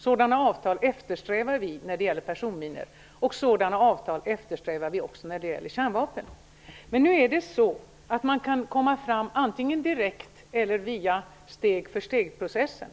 Sådana avtal eftersträvar vi när det gäller personminor, och sådana avtal eftersträvar vi också när det gäller kärnvapen. Man kan komma fram antingen direkt eller via steg--för--steg-processen.